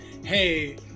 hey